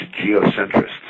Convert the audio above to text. geocentrists